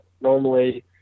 normally